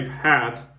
hat